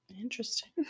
Interesting